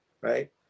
right